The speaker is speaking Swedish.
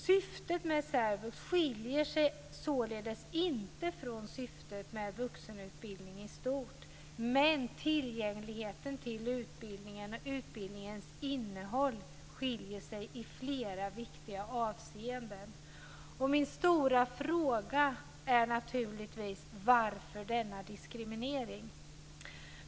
Syftet med särvux skiljer sig således inte från syftet med vuxenutbildning i stort, men tillgängligheten till utbildningen och utbildningens innehåll skiljer sig i flera viktiga avseenden. Min stora fråga är naturligtvis: Varför denna diskriminering?